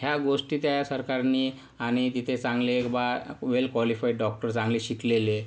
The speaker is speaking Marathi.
ह्या गोष्टी त्या सरकारनी आणि तिथे चांगले वा वेल क्वालिफाईड डॉक्टर आणि शिकलेले